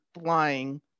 flying